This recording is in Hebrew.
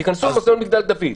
תיכנסו למוזיאון מגדל דוד.